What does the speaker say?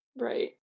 right